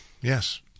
Yes